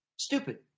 stupid